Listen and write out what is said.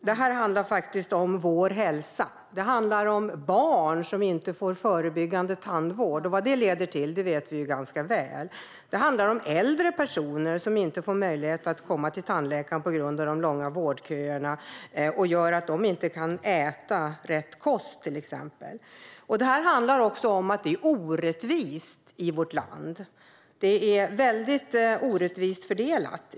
Det handlar om vår hälsa. Det handlar om barn som inte får förebyggande tandvård, och vi vet ju ganska väl vad det leder till. Det handlar om äldre personer som inte får möjlighet att komma till tandläkaren på grund av de långa vårdköerna, vilket gör att de till exempel inte kan äta rätt kost. Det handlar också om att det är orättvist i vårt land. Det är väldigt orättvist fördelat.